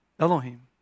Elohim